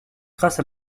grâce